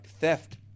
Theft